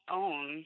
own